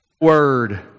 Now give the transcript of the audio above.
word